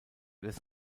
des